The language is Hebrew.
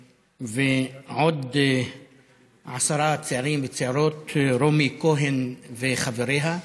ועוד עשרה צעירים וצעירות, רומי כהן וחבריה,